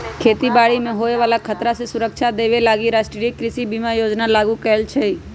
खेती बाड़ी से होय बला खतरा से सुरक्षा देबे लागी राष्ट्रीय कृषि बीमा योजना लागू कएले हइ